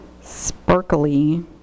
sparkly